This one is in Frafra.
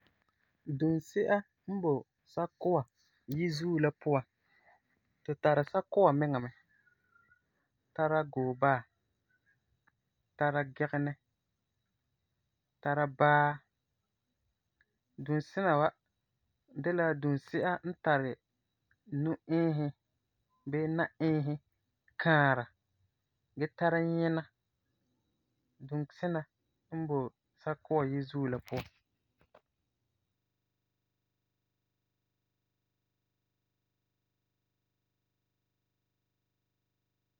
Dunsi'a n boi sakua yizuo la puan, tu tari sakua miŋa mɛ, tara goo-baa, tara gigenɛ, tara baa. Dunsina wa de la dunsi'a n tari nu-iisi bii na-iisi kãara gee tara nyina. Dunsina n boi sakua yizuo la puan.